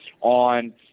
on